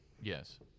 Yes